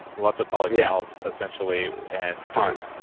lots of polyphenols, essentially and, pond, yeah.